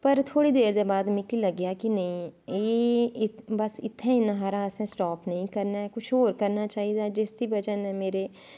पर थोह्ड़ी देर बाद मिगी लग्गेआ कि नेंई एह् बस इत्तें इन्ना सारा असैं स्टाप नेंई करना ऐ कुछ होर करना चाही दा ऐ जिस दी बज़ह नै मेरे